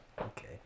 Okay